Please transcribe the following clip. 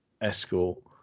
Escort